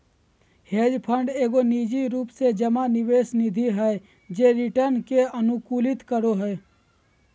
hedge fund एगो निजी रूप से जमा निवेश निधि हय जे रिटर्न के अनुकूलित करो हय